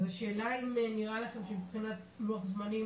אז השאלה אם נראה לכם שמבחינת לוח זמנים